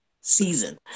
season